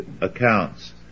accounts